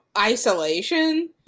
isolation